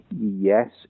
yes